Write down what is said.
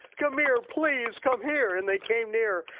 come here please, come here. and they came near.